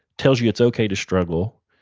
tells you it's okay to struggle.